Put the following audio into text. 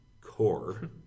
core